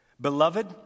Beloved